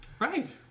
right